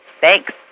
Thanks